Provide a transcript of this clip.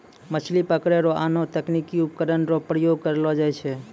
मछली पकड़ै रो आनो तकनीकी उपकरण रो प्रयोग करलो जाय छै